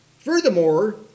Furthermore